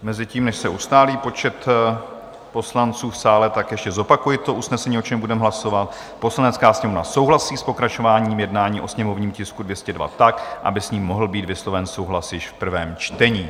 Mezitím, než se ustálí počet poslanců v sále, tak ještě zopakuji to usnesení, o čem budeme hlasovat: Poslanecká sněmovna souhlasí s pokračováním jednání o sněmovním tisku 202 tak, aby s ním mohl být vysloven souhlas již v prvém čtení.